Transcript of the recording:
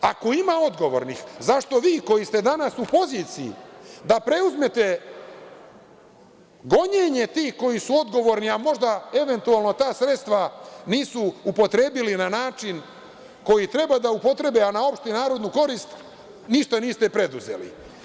Ako ima odgovornih, zašto vi koji ste danas u poziciji da preuzmete gonjenje tih koji su odgovorni, a možda eventualno ta sredstva nisu upotrebili na način na koji treba da upotrebe, a na opštenarodnu korist, ništa niste preduzeli?